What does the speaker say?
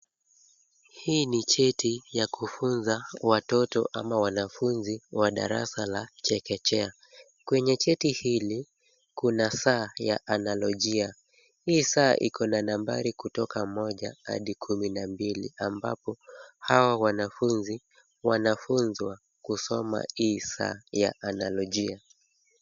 Hii ni cheti ya kufunza watoto ama wanafunzi wa darasa la chekechea. Kwenye cheti hili kuna saa ya analojia. Hii saa iko na nambari kutoka moja hadi kumi na mbili ambapo hawa wanafunzi wanafunzwa kusoma hii saa ya analojia.